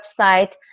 website